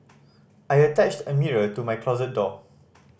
I attached a mirror to my closet door